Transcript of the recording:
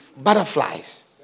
butterflies